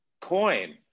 Coin